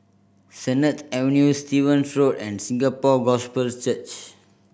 Sennett Avenue Stevens Road and Singapore Gospel Church